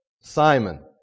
Simon